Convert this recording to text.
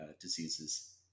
Diseases